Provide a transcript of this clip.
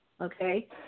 Okay